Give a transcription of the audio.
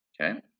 okay